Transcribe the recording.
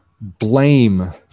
blame